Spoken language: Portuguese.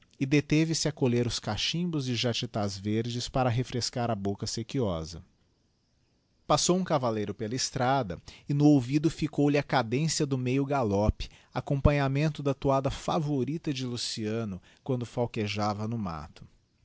e deteve-se a colher os cachimbos de jatitás verdes para refrescar a bocca sequiosa passou um cavalleiro pela esticada e no ouvido ficou-lhe a cadencia do meio galope acompanhamento da toada favorita de luciano quando falquejava no matto